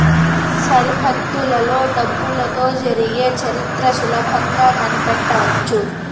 సరిహద్దులలో డబ్బులతో జరిగే చరిత్ర సులభంగా కనిపెట్టవచ్చు